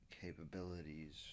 capabilities